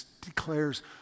declares